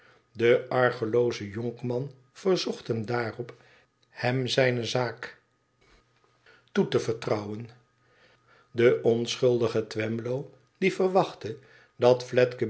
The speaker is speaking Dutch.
de argelooze jonkman verzocht hem daarop hem zijne zaak toe te vertrouwen de onschuldige twemlow die verwachtte dat